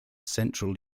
central